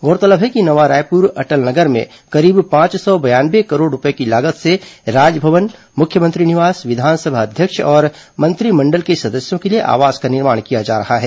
गौरतलब है कि नवा रायपूर अटल नगर में करीब पांच सौ बयानवे करोड़ रूपए की लागत से राजभवन मुख्यमंत्री निवास विधानसभा अध्यक्ष और मंत्री मंडल के सदस्यों के लिए आवास का निर्माण किया जा रहा है